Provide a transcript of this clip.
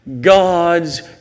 God's